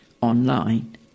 online